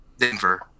Denver